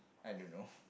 I don't know